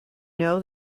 know